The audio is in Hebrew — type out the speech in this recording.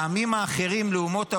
לעמים האחרים, לאומות העולם,